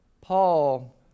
Paul